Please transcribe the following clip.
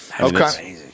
Okay